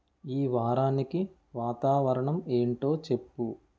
ఈ వారానికి వాతావరణం ఏంటో చెప్పు